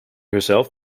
herself